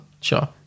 Sure